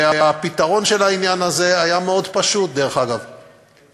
והפתרון של העניין הזה היה מאוד פשוט, דרך